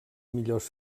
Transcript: millors